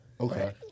Okay